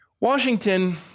Washington